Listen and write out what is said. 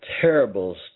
terrible